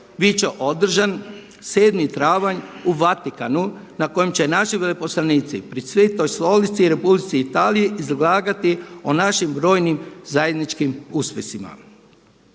će održan 7. travanj u Vatikanu na kojem će naši veleposlanici pri Svetoj stolici u Republici Italiji izlagati o našim brojim zajedničkim uspjesima.